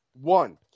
One